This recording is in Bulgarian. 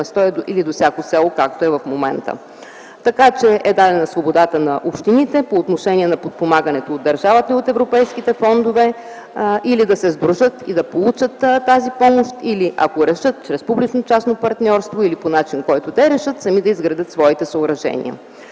или до всяко село, както е в момента. В законопроекта е дадена свободата на общините по отношение на подпомагането от държавата и от европейските фондове или да се сдружат и да получат тази помощ или, ако решат чрез публично частно партньорство, или по начин, по който те решат, сами да изградят своите съоръжения.